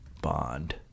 bond